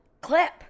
clip